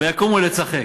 ויקומו לצחק.